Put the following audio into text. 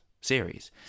series